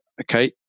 okay